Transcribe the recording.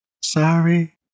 sorry